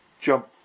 jump